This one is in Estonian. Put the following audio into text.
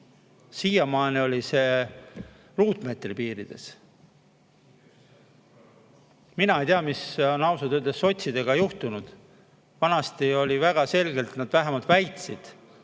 Siiamaani oli see ruutmeetri piirides. Mina ei tea, ausalt öeldes, mis on sotsidega juhtunud. Vanasti oli väga selge, nad vähemalt väitsid,